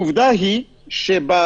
עובדה היא שבחוברת